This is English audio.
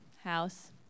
house